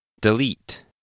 delete